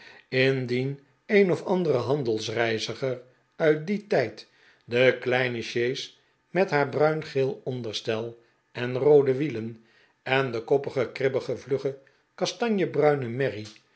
indien een of andere handelsreiziger uit dien tijd de kleine sjees met haar bruingeel onderstel en roode wielen en de koppige kribbige vlugge kastanjebruine merrie